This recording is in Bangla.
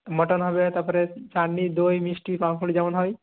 মটন হবে তারপরে চাটনি দই মিষ্টি পাঁপড় যেমন হয়